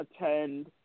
attend